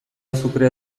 azukrea